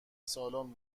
سالن